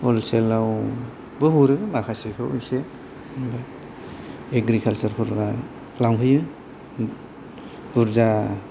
wholesale आवबो हरो माखासेखौ एसे ओमफ्राय एग्रिकालचार फोरा लांफैयो बुरजा